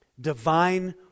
divine